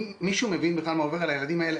האם מישהו בכלל מה עובר על הילדים האלה,